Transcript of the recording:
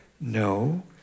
no